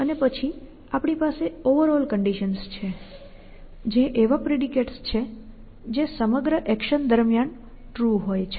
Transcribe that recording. અને પછી આપણી પાસે ઓવરઓલ કંડિશન્સ છે જે એવા પ્રેડિકેટ્સ છે જે સમગ્ર એક્શન દરમિયાન ટ્રુ હોય છે